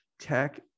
tech